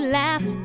laugh